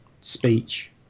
Speech